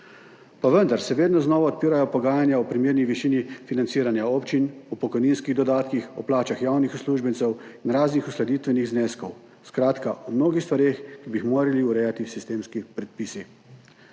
pa vendar se vedno znova odpirajo pogajanja o primerni višini financiranja občin, o pokojninskih dodatkih, o plačah javnih uslužbencev in raznih uskladitvenih zneskih, skratka, o mnogih stvareh, ki bi jih morali urejati sistemski predpisi.